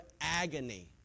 agony